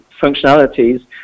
functionalities